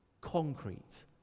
concrete